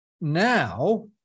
now